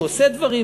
הוא עושה דברים,